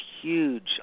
huge